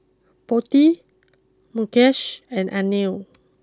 Potti Mukesh and Anil